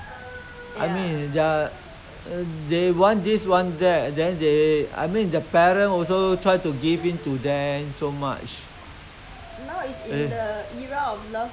no no lah nowadays I think is parent don't give birth so much I mean they just ah all the parent just give give birth to one uh or two lah then they love their children so much